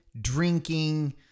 drinking